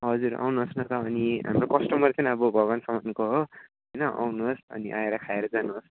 हजुर आउनुहोस् न त अनि हाम्रो कस्टमर चाहिँ अब भगवान समानको हो हैन आउनुहोस् अनि आएर खाएर जानुहोस्